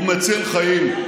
הוא מציל חיים.